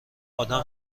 آدم